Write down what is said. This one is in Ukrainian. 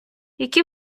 які